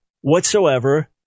whatsoever